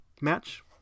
match